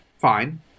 fine